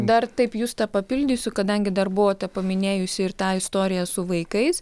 dar taip justę papildysiu kadangi dar buvote paminėjusi ir tą istoriją su vaikais